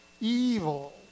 evil